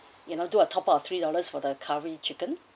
you know do a top up of three dollars for the curry chicken